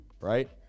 right